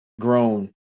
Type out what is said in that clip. grown